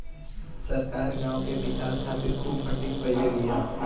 सरकार गांव के विकास खातिर खूब फंडिंग कईले बिया